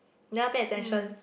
never pay attention